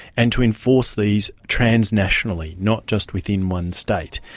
and to enforce these transnationally, not just within one state.